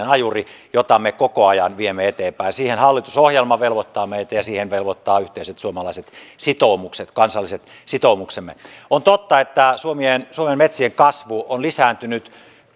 ajuri jota me koko ajan viemme eteenpäin siihen hallitusohjelma velvoittaa meitä ja siihen velvoittavat yhteiset suomalaiset sitoumukset kansalliset sitoumuksemme on totta että suomen metsien kasvu on lisääntynyt